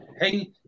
Hey